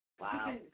Wow